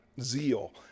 zeal